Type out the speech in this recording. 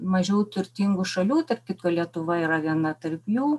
mažiau turtingų šalių tarp kitko lietuva yra viena tarp jų